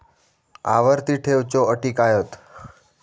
आवर्ती ठेव च्यो अटी काय हत?